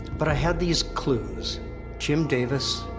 but i had these clues jim davis,